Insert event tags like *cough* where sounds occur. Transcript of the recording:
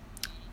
*noise*